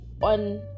on